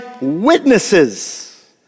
witnesses